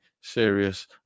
serious